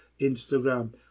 Instagram